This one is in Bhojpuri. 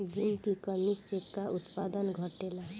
जिंक की कमी से का उत्पादन घटेला?